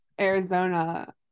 Arizona